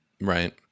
Right